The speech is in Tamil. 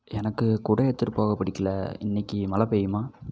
எனக்கு குடை எடுத்துகிட்டு போக பிடிக்கலை இன்றைக்கி மழை பெய்யுமா